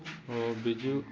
ଓ Biju